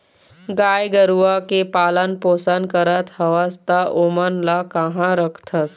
गाय गरुवा के पालन पोसन करत हवस त ओमन ल काँहा रखथस?